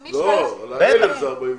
לא, על ה-1,000 זה 48 מיליון.